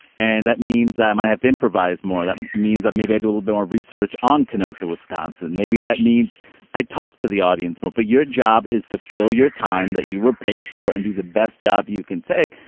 and that means i um i have to improvise more that means that maybe i do a little bit of research on kenosha wisconsin maybe that means i talk to the audience more. but your job is to fill your time that you were paid for and do the best job you can take.